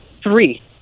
Three